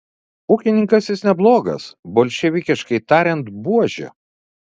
ūkininkas jis neblogas bolševikiškai tariant buožė